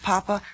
Papa